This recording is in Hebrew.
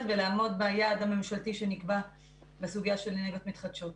ולעמוד ביעד הממשלתי שנקבע בסוגיה של אנרגיות מתחדשות.